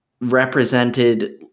represented